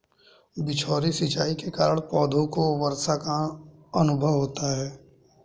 बौछारी सिंचाई के कारण पौधों को वर्षा का अनुभव होता है